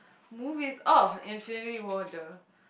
movies oh Infinity-War [duh]